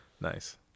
Nice